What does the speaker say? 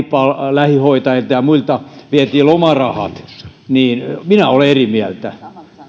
lähihoitajilta ja muilta vietiin lomarahat niin minä olen eri mieltä